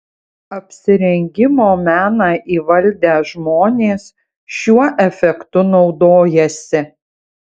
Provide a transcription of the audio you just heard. apsirengimo meną įvaldę žmonės šiuo efektu naudojasi